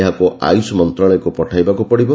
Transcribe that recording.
ଏହାକୁ ଆୟୁଷ ମନ୍ତ୍ରଣାଳୟକୁ ପଠାଇବାକୁ ପଡ଼ିବ